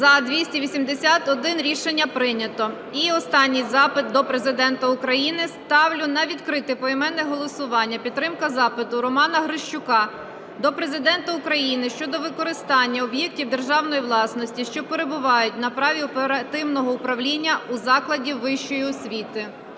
За-281 Рішення прийнято. І останній запит до Президента України. Ставлю на відкрите поіменне голосування підтримку запиту Романа Грищука до Президента України щодо використання об'єктів державної власності, що перебуваються на праві оперативного управління у закладів вищої освіти.